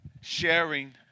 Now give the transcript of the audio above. Sharing